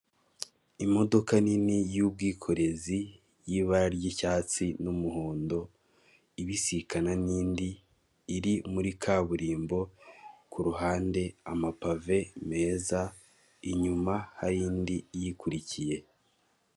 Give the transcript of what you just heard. Imodoka nini y'ubwikorezi y'ibara ry'icyatsi n'umuhondo ibisikana n'indi iri muri kaburimbo, kuruhande amapave meza inyuma hari indi iyikurikiye.